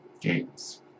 games